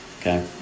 Okay